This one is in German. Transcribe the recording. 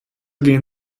gehen